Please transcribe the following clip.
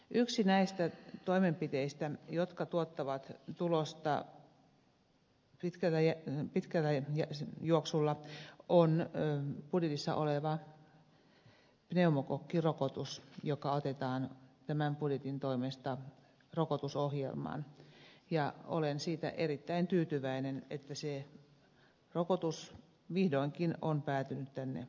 yksi näistä toimenpiteistä jotka tuottavat tulosta pitkällä juoksulla on budjetissa oleva pneumokokkirokotus joka otetaan tämän budjetin toimesta rokotusohjelmaan ja olen siitä erittäin tyytyväinen että se rokotus vihdoinkin on päätynyt tänne esitykseen